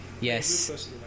Yes